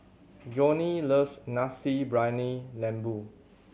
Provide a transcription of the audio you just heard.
Johnnie loves Nasi Briyani Lembu